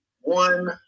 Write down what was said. one